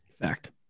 Fact